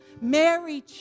Mary